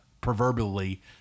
proverbially